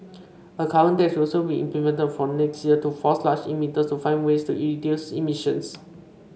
a carbon tax will also be implemented from next year to force large emitters to find ways to reduce emissions